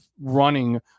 running